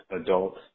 adult